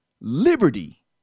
liberty